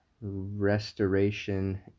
restoration